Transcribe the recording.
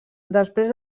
després